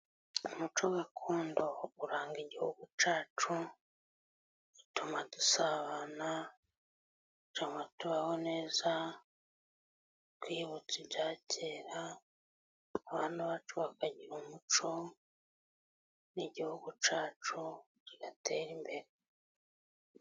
Umuco gakondo uranga igihugu cyacu, utuma dusabana utuma tubaho neza, twiyibutsa ibya kera abana bacu bakagira umuco n'igihugu cyacu kigatera imbere.